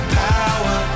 power